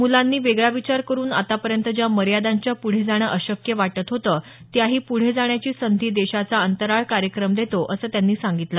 मुलांनी वेगळा विचार करून आतापर्यंत ज्या मर्यादांच्या पुढे जाणं अशक्य वाटत होतं त्याही पुढे जाण्याची संधी देशाचा अंतराळ कार्यक्रम देतो असं त्यांनी सांगितलं